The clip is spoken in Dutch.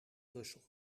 brussel